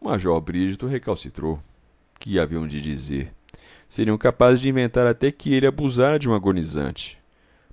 major erigido recalcitrou que haviam de dizer seriam capazes de inventar até que ele abusara de um agonizante